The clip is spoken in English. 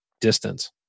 distance